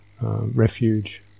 refuge